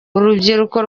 urubyiruko